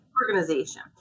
organization